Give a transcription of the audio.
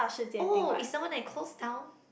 oh is someone that close down